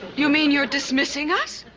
you mean you're dismissing us?